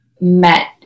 met